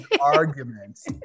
Arguments